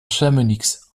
chamonix